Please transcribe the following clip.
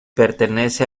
pertenece